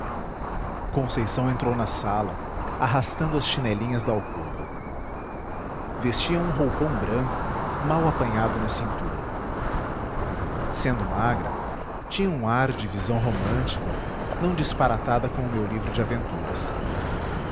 conceição entrou na sala arrastando as chinelinhas da alcova vestia um roupão branco mal apanhado na cintura sendo magra tinha um ar de visão romântica não disparatada com o meu livro de aventuras